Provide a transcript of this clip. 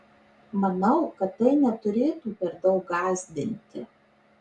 manau kad tai neturėtų per daug gąsdinti